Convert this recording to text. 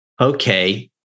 okay